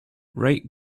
rate